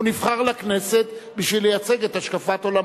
הוא נבחר לכנסת בשביל לייצג את השקפת עולמו.